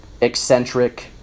eccentric